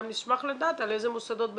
גם אשמח לדעת על איזה מוסדות בקהילה.